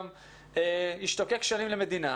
גם השתוקק שנים למדינה